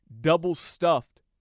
double-stuffed